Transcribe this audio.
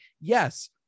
yes